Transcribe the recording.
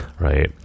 right